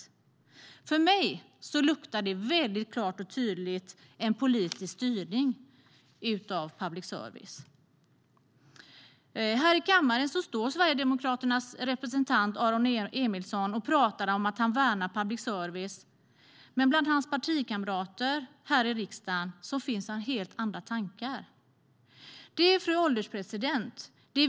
Här i kammaren står Sverigedemokraternas representant Aron Emilsson och talar om att han värnar public service. Men bland hans partikamrater här i riksdagen finns det helt andra tankar. Detta är, fru ålderspresident, viktigt att veta om.